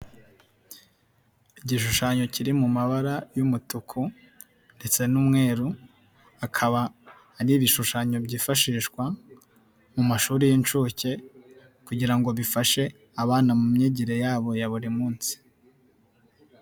Igishushanyo kiri mu mabara y'umutuku ndetse n'umweru, akaba ari ibishushanyo byifashishwa mu mashuri y'inshuke kugira ngo bifashe abana mu myigire yabo ya buri munsi.